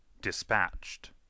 dispatched